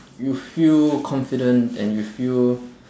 you feel confident and you feel